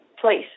place